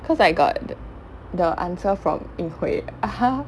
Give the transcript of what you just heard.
cause I got th~ the answer from ying hui